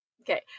Okay